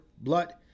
blood